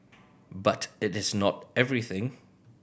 but it is not everything